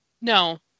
no